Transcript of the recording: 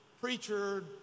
preacher